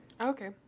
Okay